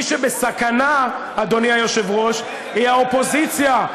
מי שבסכנה, אדוני היושב-ראש, היא האופוזיציה.